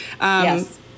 Yes